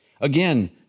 Again